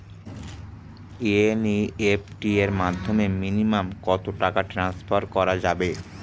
NEFT এর মাধ্যমে minimum কত টাকা টান্সফার করা যাবে?